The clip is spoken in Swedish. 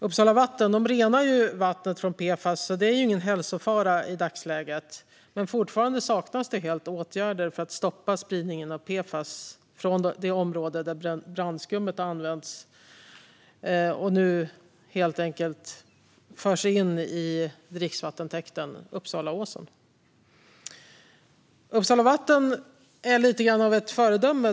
Uppsala vatten renar vattnet från PFAS, så det är ingen hälsofara i dagsläget. Men fortfarande saknas helt åtgärder för att stoppa spridningen av PFAS från de områden där brandskum har använts och nu förs in i dricksvattentäkten Uppsalaåsen. Uppsala vatten är lite av ett föredöme.